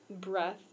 breath